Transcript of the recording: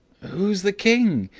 who's the king?